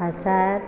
हासार